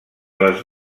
les